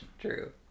true